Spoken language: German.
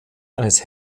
eines